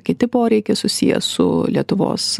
kiti poreikiai susiję su lietuvos